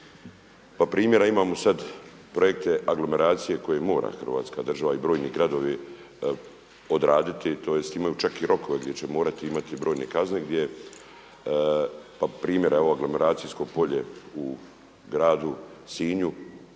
Pa primjera imamo sad, projekte aglomeracije koje mora Hrvatska država i brojni gradovi odraditi, tj. imaju čak i rokove gdje će morati imati brojne kazne. Pa primjer evo aglomeracijsko polje u gradu Sinju